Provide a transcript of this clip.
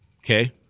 okay